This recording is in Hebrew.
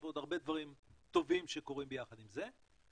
ועוד הרבה דברים טובים שקורים ביחד עם זה,